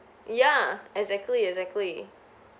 yeah exactly exactly